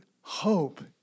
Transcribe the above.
hope